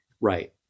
Right